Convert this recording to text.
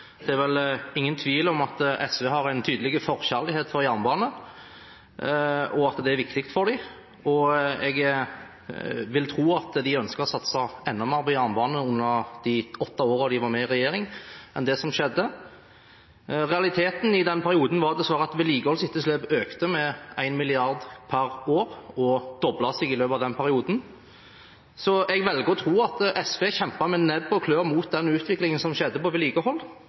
Det er vel ingen tvil om at SV har en tydelig forkjærlighet for jernbane, og at den er viktig for dem. Jeg ville tro at de ønsket å satse enda mer på jernbane enn det som skjedde i de åtte årene de var med i regjering. Realiteten var dessverre at vedlikeholdsetterslepet økte med 1 mrd. kr per år og doblet seg i løpet av den perioden. Jeg velger å tro at SV kjempet med nebb og klør mot utviklingen som skjedde i vedlikehold, og jeg er nysgjerrig på